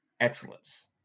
excellence